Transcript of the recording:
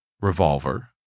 revolver